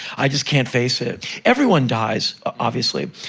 i just can't face it. everyone dies, obviously.